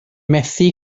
methu